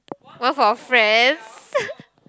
one for friends